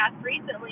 recently